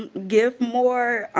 and give more.